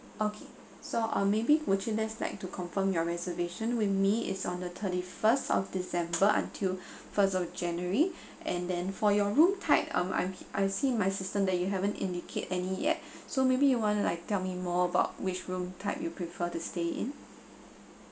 okay so uh maybe would you guys like to confirm your reservation with me is on the thirty first of december until first of january and then for your room type um I'm I see my system that you haven't indicate any yet so maybe you want to like tell me more about which room type you prefer to stay in